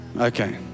Okay